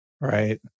Right